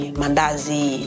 mandazi